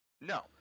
No